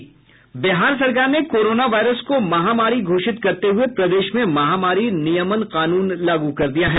बिहार सरकार ने corona virus को महामारी घोषित करते हुए प्रदेश में महामारी नियमन कानून लागू कर दिया है